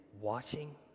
watching